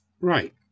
Right